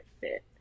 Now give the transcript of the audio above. fit